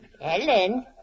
Ellen